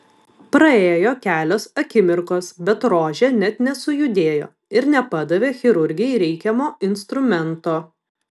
praėjo kelios akimirkos bet rožė net nesujudėjo ir nepadavė chirurgei reikiamo instrumento